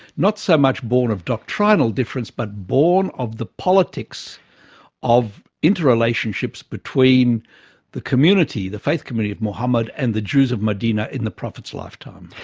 not so much born of doctrinal difference but born of the politics of inter-relationships between the community, the faith community of muhammad and the jews of medina in the prophet's lifetime.